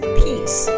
peace